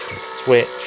Switch